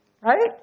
right